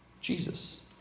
Jesus